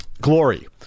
Glory